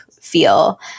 feel